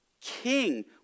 king